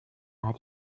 war